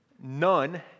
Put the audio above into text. none